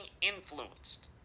influenced